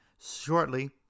shortly